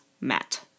met